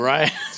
Right